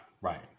Right